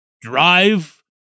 drive